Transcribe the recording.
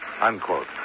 Unquote